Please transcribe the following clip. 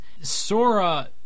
Sora